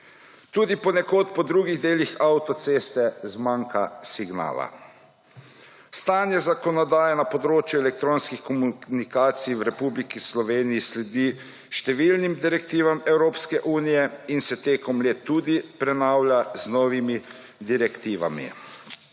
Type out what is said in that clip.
Tudi ponekod po drugih delih avtoceste zmanjka signala. Stanje zakonodaje na področju elektronskih komunikacij v Republiki Sloveniji sledi številnim direktivam Evropske unije in se tekom let tudi prenavlja z novimi direktivami.